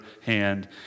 hand